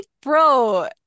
bro